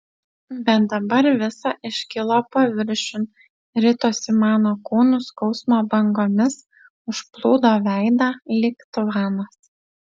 bet dabar visa iškilo paviršiun ritosi mano kūnu skausmo bangomis užplūdo veidą lyg tvanas